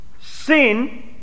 sin